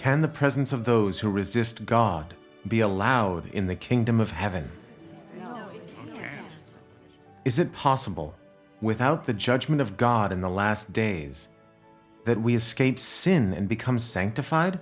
can the presence of those who resist god be allowed in the kingdom of heaven is it possible without the judgment of god in the last days that we escaped sin and become sanctif